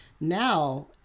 Now